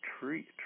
tree